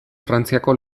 frantziako